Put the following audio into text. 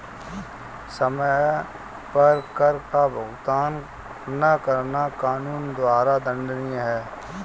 समय पर कर का भुगतान न करना कानून द्वारा दंडनीय है